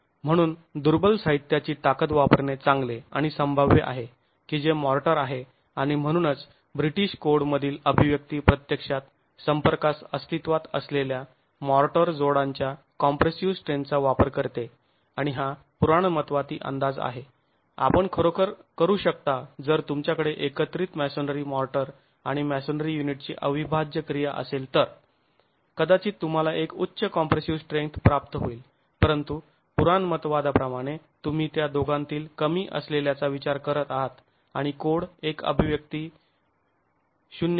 म्हणून दुर्बल साहित्याची ताकद वापरणे चांगले आणि संभाव्य आहे की जे माॅर्टर आहे आणि म्हणूनच ब्रिटिश कोड मधील अभिव्यक्ती प्रत्यक्षात संपर्कास अस्तित्वात असलेल्या माॅर्टर जोडांच्या कॉम्प्रेसिव स्ट्रेंन्थचा वापर करते आणि हा पुराणमतवादी अंदाज आहे आपण खरोखर करू शकता जर तुमच्याकडे एकत्रित मॅसोनरी माॅर्टर आणि मॅसोनरी युनिटची अविभाज्य क्रिया असेल तर कदाचित तुम्हाला एक उच्च कॉम्प्रेसिव स्ट्रेंथ प्राप्त होईल परंतु पुराणमतवादाप्रमाणे तुम्ही त्या दोघांतील कमी असलेल्याचा विचार करत आहात आणि कोड एक अभिव्यक्ती 0